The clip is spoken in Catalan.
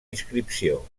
inscripció